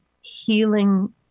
healing